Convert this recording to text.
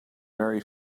very